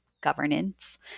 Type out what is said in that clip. governance